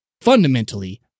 fundamentally